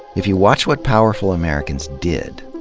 if you watch what powerful americans did,